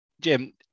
Jim